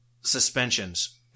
Suspensions